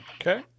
Okay